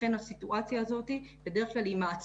לכן הסיטואציה הזאת בדרך כלל מעצימה